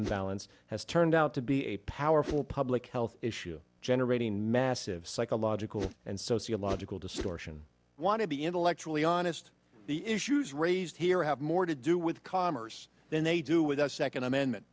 the balance has turned out to be a powerful public health issue generating massive psychological and sociological distortion want to be intellectually honest the issues raised here have more to do with commerce than they do with the second amendment